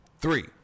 three